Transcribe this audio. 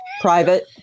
private